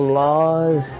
laws